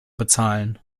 bezahlen